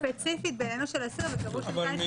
ספציפית בעניינו של אסיר וקבעו שניתן לשחרר איתו יותר